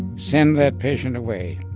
send that patient away.